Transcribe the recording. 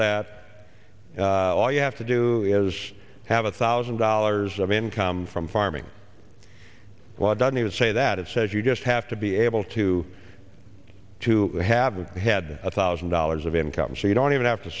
that all you have to do is have a thousand dollars of income from farming why doesn't it say that it says you just have to be able to to have had a thousand dollars of income so you don't even have to